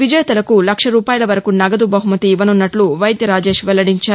విజేతలకు లక్ష రూపాయల వరకు నగదు బహుమతి ఇవ్వనున్నట్లు వైద్య రాజేశ్ వెల్లడించారు